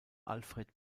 alfred